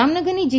જામનગરની જી